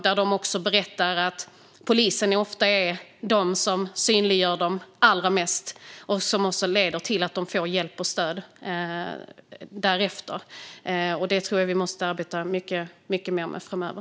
De berättar också att det ofta är polisen som synliggör dem allra mest, vilket leder till att de därefter får hjälp och stöd. Jag tror att vi måste arbeta mycket mer med det framöver.